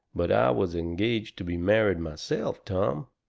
but i was engaged to be married myself, tom,